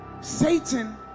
Satan